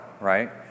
right